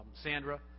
Sandra